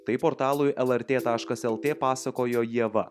tai portalui lrt taškas lt pasakojo ieva